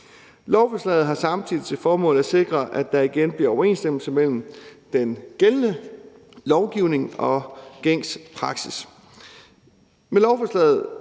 Lovforslaget har samtidig til formål at sikre, at der igen bliver overensstemmelse mellem den gældende lovgivning og gængs praksis.